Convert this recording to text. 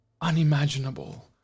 unimaginable